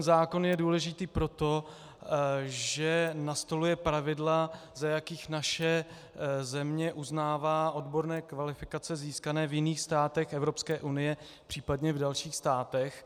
Zákon je důležitý proto, že nastoluje pravidla, za jakých naše země uznává odborné kvalifikace získané v jiných státech Evropské unie, případně v dalších státech.